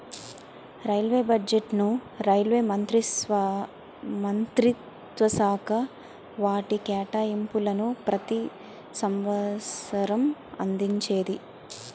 railway బడ్జెట్ను railway మంత్రిత్వశాఖ వాటి కేటాయింపులను ప్రతి సంవసరం అందించేది